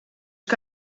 que